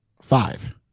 five